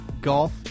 golf